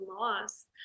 loss